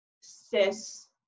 cis